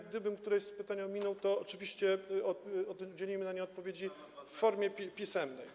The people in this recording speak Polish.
Gdybym któreś z pytań ominął, to oczywiście udzielimy na nie odpowiedzi w formie pisemnej.